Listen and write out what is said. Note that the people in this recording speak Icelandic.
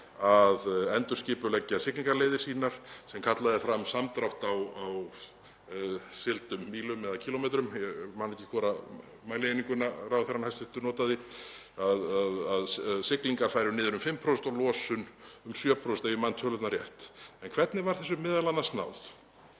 að endurskipuleggja siglingarleiðir sínar sem kallaði fram samdrátt á sigldum mílum eða kílómetrum, ég man ekki hvora mælieininguna hæstv. ráðherra notaði, að siglingar færu niður um 5% og losun um 7%, ef ég man tölurnar rétt. En hvernig var þessu m.a. náð?